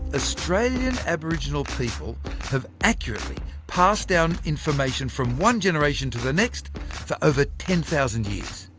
australian aboriginal people have accurately passed down information from one generation to the next, for over ten thousand years.